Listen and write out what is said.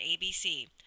ABC